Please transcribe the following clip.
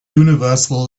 universal